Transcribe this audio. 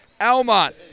Almont